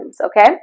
Okay